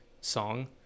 song